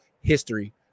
history